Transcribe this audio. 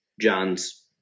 John's